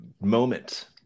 moment